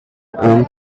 arm